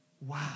Wow